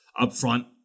upfront